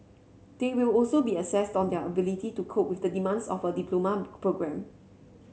they will also be assessed on their ability to cope with the demands of a diploma programme